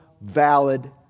valid